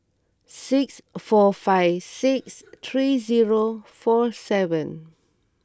six four five six three zero four seven